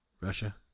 Russia